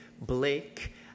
Blake